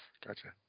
Gotcha